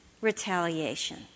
retaliation